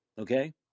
Okay